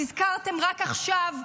נזכרתם רק עכשיו,